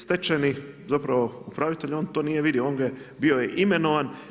Stečajni zapravo upravitelj on to nije vidio, bio je imenovan.